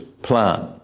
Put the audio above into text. plan